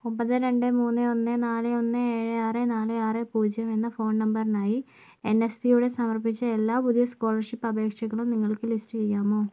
ഒമ്പത് രണ്ട് മൂന്ന് ഒന്ന് നാല് ഒന്ന് ഏഴ് ആറ് നാല് ആറ് പൂജ്യം എന്ന ഫോൺനമ്പറിനായി എൻഎസ്പിയുടെ സമർപ്പിച്ച എല്ലാ പുതിയ സ്കോളർഷിപ്പ് അപേക്ഷകളും നിങ്ങൾക്ക് ലിസ്റ്റ് ചെയ്യാമോ